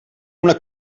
una